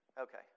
Okay